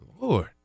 lord